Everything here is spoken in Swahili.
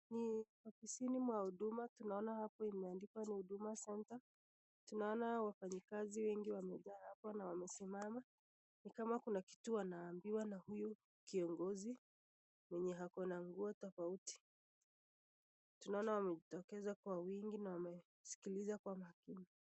Ni ofisini wa huduma tunaona apo imeandikwa Huduma Centre. Tunaona wafanyikazi wamejaa apo na wamesimama. Nikama kuna kitu wanaambiwa na huyu kiongozi mwenye ako na nguo tofauti. Tunaona wamejitokeza kwa wingi na wanasikiliza kwa makini .